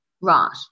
Right